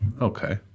Okay